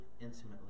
intimately